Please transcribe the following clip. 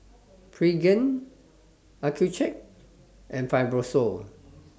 Pregain Accucheck and Fibrosol